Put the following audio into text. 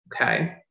Okay